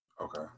okay